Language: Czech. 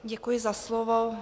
Děkuji za slovo.